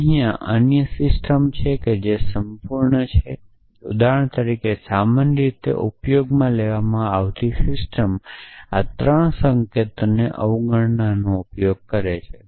ત્યાં અન્ય સિસ્ટમો છે જે સંપૂર્ણ છે ઉદાહરણ તરીકે સામાન્ય રીતે ઉપયોગમાં લેવામાં આવતી સિસ્ટમ આ ત્રણ સંકેતોની અવગણનાનો ઉપયોગ કરે છે